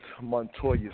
Montoya